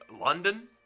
London